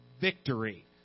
victory